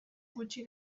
gutxi